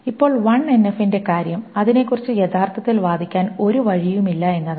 ഇപ്പോൾ 1 എൻഎഫിന്റെ കാര്യം അതിനെക്കുറിച്ച് യഥാർത്ഥത്തിൽ വാദിക്കാൻ ഒരു വഴിയുമില്ല എന്നതാണ്